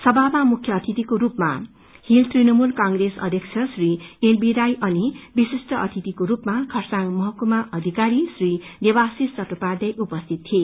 सभामा मुख्य अतिथियको स्पमा हील तृणमूल कंग्रेस अध्यक्ष श्री एलबी राई अनि विशिष्ठ अतिथिको रूपमा खरसाङ महकुमा अविकारी श्री देवाषिश चट्टोपाध्या उपसिति थिए